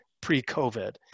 pre-COVID